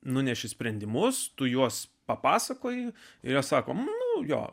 nuneši sprendimus tu juos papasakoji yra sakome naujo